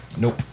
Nope